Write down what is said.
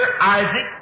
Isaac